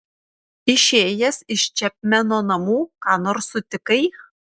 išėjęs iš čepmeno namų ką nors sutikai